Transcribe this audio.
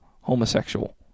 homosexual